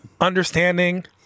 understanding